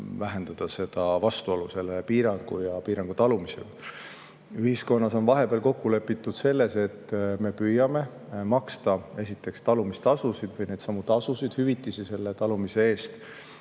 vähendada vastuolu piirangu ja piirangu talumise vahel. Ühiskonnas on vahepeal kokku lepitud selles, et me püüame maksta esiteks talumistasusid või neidsamu hüvitisi selle talumise eest.